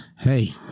Hey